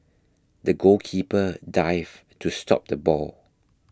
the goalkeeper dived to stop the ball